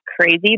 crazy